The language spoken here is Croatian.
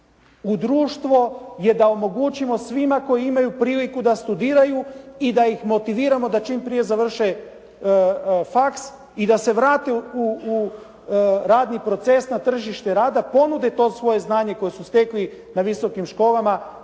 u društvo je da omogućimo svima koji imaju priliku da studiraju i da ih motiviramo da čim prije završe faks i da se vrate u radni proces na tržište rada, ponude to svoje znanje koje su stekli na visokim školama